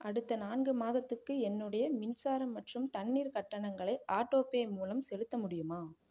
அடுத்த நான்கு மாதத்துக்கு என்னுடைய மின்சார மற்றும் தண்ணீர் கட்டணங்களை ஆட்டோபே மூலம் செலுத்த முடியுமா